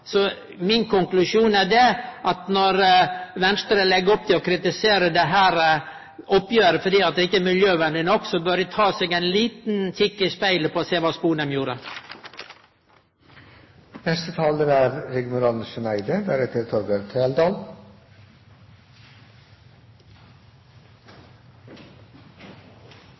Så min konklusjon er at når Venstre legg opp til å kritisere dette oppgjeret fordi det ikkje er miljøvenleg nok, bør dei ta ein liten kikk i spegelen og sjå kva Sponheim gjorde. Jeg er